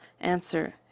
Answer